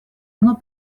оно